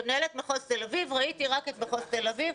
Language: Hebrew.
כמנהלת מחוז תל אביב ראיתי רק את מחוז תל אביב,